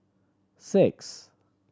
six